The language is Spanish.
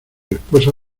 esposa